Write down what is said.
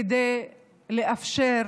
כדי לאפשר